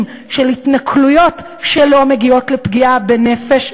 של התנכלויות שלא מגיעות לפגיעה בנפש,